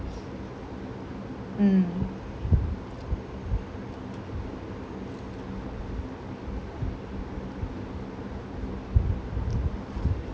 mm